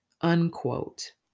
unquote